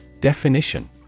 Definition